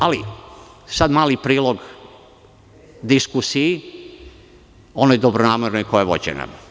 Ali, sada mali prilog diskusiji, onoj dobronamernoj koja je vođena.